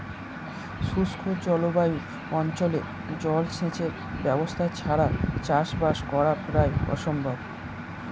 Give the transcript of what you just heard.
শুষ্ক জলবায়ু অঞ্চলে জলসেচের ব্যবস্থা ছাড়া চাষবাস করা প্রায় অসম্ভব